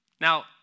Now